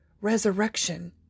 Resurrection